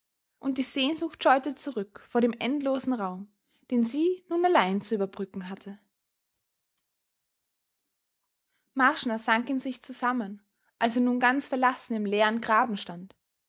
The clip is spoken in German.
und die sehnsucht scheute zurück vor dem endlosen raum den sie nun allein zu überbrücken hatte marschner sank in sich zusammen als er nun ganz verlassen im leeren graben stand